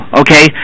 okay